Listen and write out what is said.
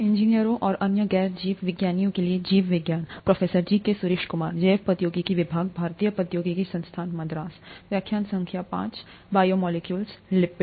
स्वागत हे